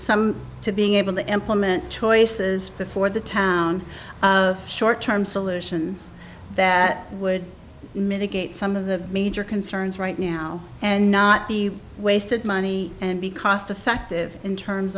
some to being able to implement choices before the town short term solutions that would mitigate some of the major concerns right now and not be wasted money and be cost effective in terms